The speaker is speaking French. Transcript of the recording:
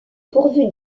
pourvu